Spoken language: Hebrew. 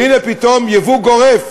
והנה, פתאום ייבוא גורף.